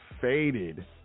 faded